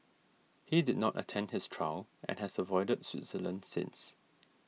he did not attend his trial and has avoided Switzerland since